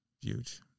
huge